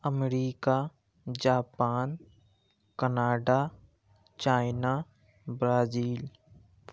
America Japan Canada China Brazil